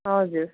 हजुर